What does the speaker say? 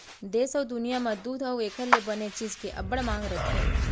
देस अउ दुनियॉं म दूद अउ एकर ले बने चीज के अब्बड़ मांग रथे